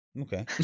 Okay